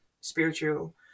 spiritual